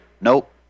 Nope